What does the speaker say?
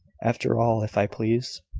after all, if i please.